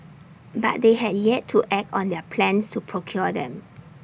but they had yet to act on their plans to procure them